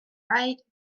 right